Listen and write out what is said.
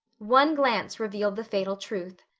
one glance revealed the fatal truth.